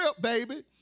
baby